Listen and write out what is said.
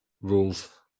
Rules